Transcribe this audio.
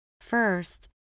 First